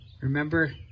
remember